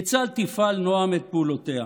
כיצד תפעל נעם את פעולותיה?